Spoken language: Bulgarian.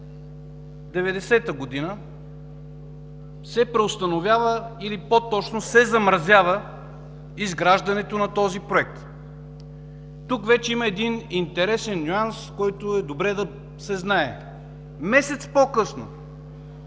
1990 г. се преустановява, или по-точно се замразява изграждането на този проект. Тук вече има един интересен нюанс, който е добре да се знае. Месец по-късно